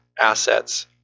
assets